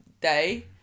day